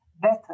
better